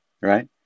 right